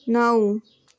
नऊ